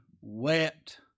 wept